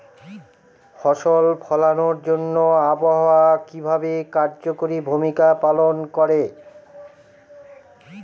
ফসল ফলানোর জন্য আবহাওয়া কিভাবে কার্যকরী ভূমিকা পালন করে?